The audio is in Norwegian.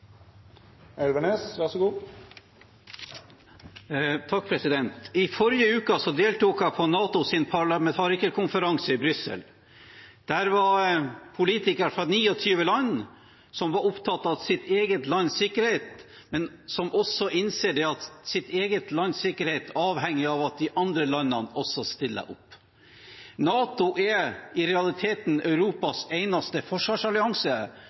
I forrige uke deltok jeg på NATOs parlamentarikerkonferanse i Brussel. Der var det politikere fra 29 land som var opptatt av sitt eget lands sikkerhet, men som også innser at eget lands sikkerhet avhenger av at også de andre landene stiller opp. NATO er i realiteten Europas eneste forsvarsallianse